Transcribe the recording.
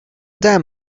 them